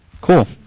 Cool